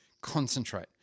Concentrate